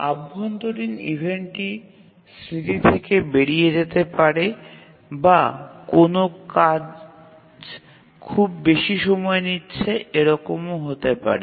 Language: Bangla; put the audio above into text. অভ্যন্তরীণ ইভেন্টটি স্মৃতি থেকে বেরিয়ে যেতে পারে বা কোনও কাজ খুব বেশি সময় নিচ্ছে এরকমও হতে পারে